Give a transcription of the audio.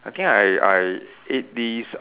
I think I I ate this